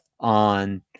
on